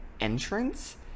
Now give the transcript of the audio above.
entrance